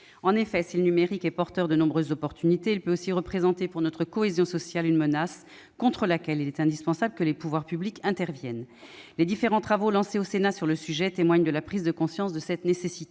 En effet, si le numérique est porteur de nombreuses opportunités, il peut aussi représenter, pour notre cohésion sociale, une menace contre laquelle il est indispensable que les pouvoirs publics interviennent. Les différents travaux lancés au Sénat sur le sujet témoignent de la prise de conscience de cette nécessité.